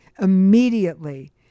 immediately